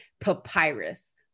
Papyrus